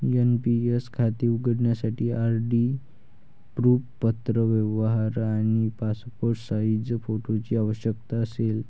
NPS खाते उघडण्यासाठी ID proof, पत्रव्यवहार आणि पासपोर्ट साइज फोटोची आवश्यकता असेल